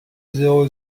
zéro